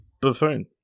buffoon